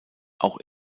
auch